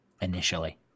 initially